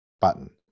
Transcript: button